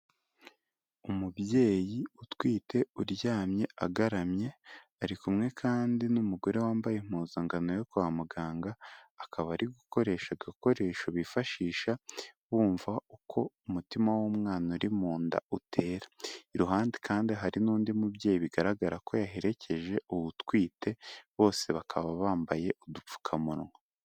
Umubyeyi utwite uryamye agaramye ari kumwe kandi n'umugore wambaye impuzankano yo kwa muganga, akaba ari gukoresha agakoresho bifashisha bumva uko umutima w'umwana uri mu nda utera, iruhande kandi hari n'undi mubyeyi bigaragara ko yaherekeje uwo utwite bose bakaba bambaye udupfukamunwa.